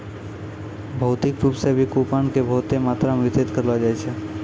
भौतिक रूप से भी कूपन के बहुते मात्रा मे वितरित करलो जाय छै